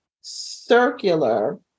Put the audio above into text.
circular